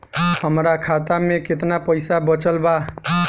हमरा खाता मे केतना पईसा बचल बा?